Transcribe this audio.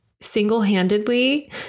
single-handedly